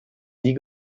nie